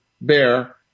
bear